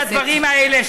אני מקבל את הדברים האלה,